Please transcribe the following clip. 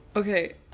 Okay